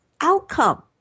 outcome